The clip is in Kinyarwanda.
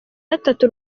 gatatu